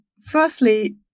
firstly